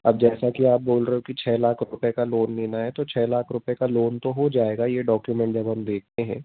अब जैसा कि आप बोल रहे हो कि छः लाख रुपये का लोन लेना है तो छः लाख रुपये का लोन तो हो जाएगा ये डाॅक्युमेन्ट जब हम देखते हैं